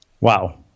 Wow